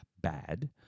bad